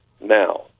now